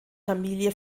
familie